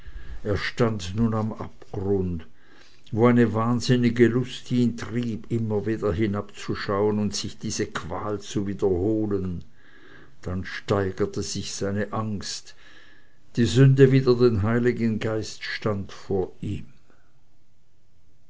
er stand nun am abgrund wo eine wahnsinnige lust ihn trieb immer wieder hineinzuschauen und sich diese qual zu wiederholen dann steigerte sich seine angst die sünde wider den heiligen geist stand vor ihm